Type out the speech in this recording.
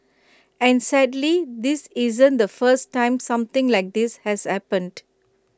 and sadly this isn't the first time something like this has happened